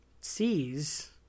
sees